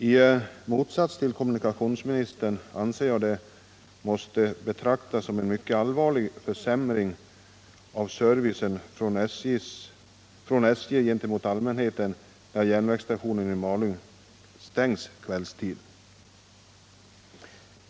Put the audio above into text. I motsats till kommunikationsministern anser jag att det måste betraktas som en mycket allvarlig försämring av servicen från SJ gentemot allmänheten när järnvägsstationen i Malung nu stängs kvällstid.